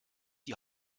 die